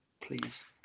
please